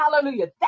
Hallelujah